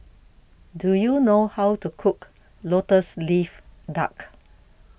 Do YOU know How to Cook Lotus Leaf Duck